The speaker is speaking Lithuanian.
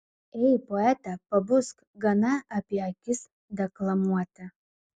ei poete pabusk gana apie akis deklamuoti